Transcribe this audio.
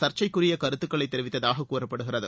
சர்சைக்குரிய கருத்துக்களை தெரிவித்ததாக கூறப்படுகிறது